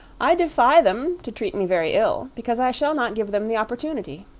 i defy them to treat me very ill, because i shall not give them the opportunity.